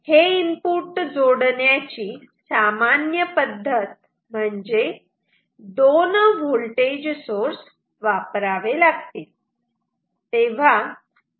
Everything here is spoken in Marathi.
हे इनपुट जोडण्याची सामान्य पद्धत म्हणजे दोन व्होल्टेज सोर्सेस वापरावे